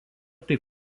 tai